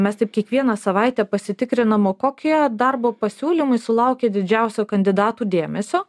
mes taip kiekvieną savaitę pasitikrinam o kokie darbo pasiūlymai sulaukė didžiausio kandidatų dėmesio